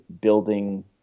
building